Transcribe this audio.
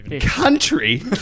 Country